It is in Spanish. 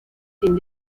sin